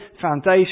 foundation